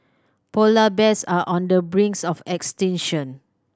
polar bears are on the brinks of extinction